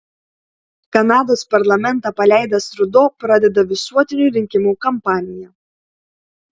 kanados parlamentą paleidęs trudo pradeda visuotinių rinkimų kampaniją